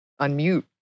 unmute